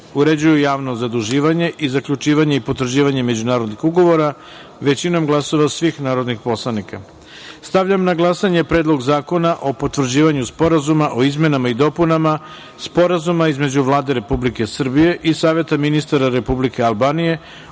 uređuju javno zaduživanje i zaključivanje i potraživanje međunarodnih ugovora, većinom glasova svih narodnih poslanika. Stavljam na glasanje Predlog zakona o potvrđivanju Sporazuma o izmenama i dopunama Sporazuma između Vlade Republike Srbije i Saveta ministara Republike Albanije